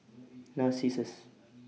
Narcissus